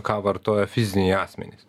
ką vartoja fiziniai asmenys